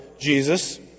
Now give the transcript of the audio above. jesus